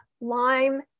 lime